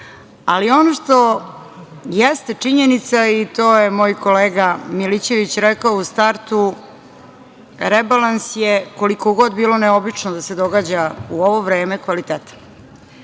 Ali ono što jeste činjenica i to je moj kolega Milićević rekao u startu, rebalans je, koliko god bilo neobično da se događa u ovo vreme, kvalitetan.